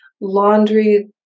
laundry